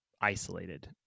isolated